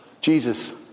Jesus